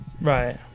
Right